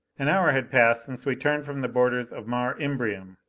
an hour had passed since we turned from the borders of mare imbrium.